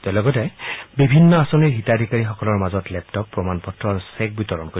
তেওঁ লগতে বিভিন্ন আঁচনিৰ হিতাধিকাৰীসকলৰ মাজত লেপটপ প্ৰমাণপত্ৰ আৰু চেক বিতৰণ কৰিব